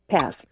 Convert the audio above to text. Pass